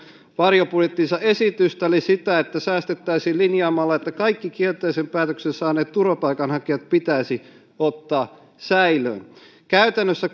varjobudjettinsa esitystä eli sitä että säästettäisiin linjaamalla että kaikki kielteisen päätöksen saaneet turvapaikanhakijat pitäisi ottaa säilöön käytännössä